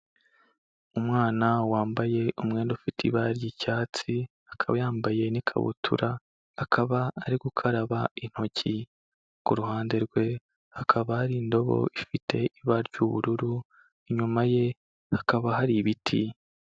Umwana wambaye umwenda ufite ibara ry'icyatsi, akaba yambaye n'ikabutura, akaba ari gukaraba intoki, ku ruhande rwe hakaba hari indobo ifite ibara ry'ubururu, inyuma ye hakaba hari ibiti.